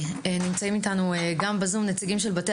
נמצאים גם ב-זום.